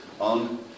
on